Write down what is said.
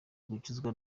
gukizwa